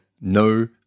no